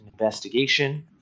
investigation